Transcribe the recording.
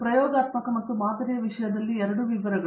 ಪ್ರಯೋಗಾತ್ಮಕ ಮತ್ತು ಮಾದರಿಯ ವಿಷಯದಲ್ಲಿ ಎರಡೂ ವಿವರಗಳು